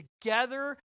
together